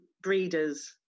Breeders